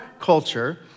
culture